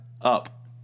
Up